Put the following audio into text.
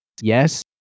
Yes